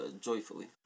joyfully